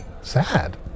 sad